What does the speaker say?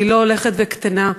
היא לא הולכת וקטנה.